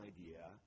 idea